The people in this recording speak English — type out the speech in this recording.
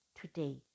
today